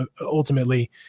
ultimately